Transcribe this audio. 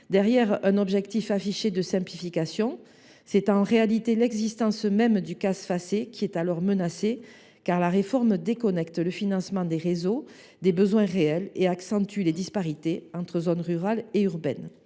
Derrière l’objectif affiché de simplification, c’est en réalité l’existence même du CAS Facé qui est menacée, car la réforme déconnecte le financement des réseaux des besoins réels et accentue les disparités entre zones rurales et zones